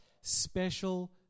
special